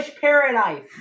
Paradise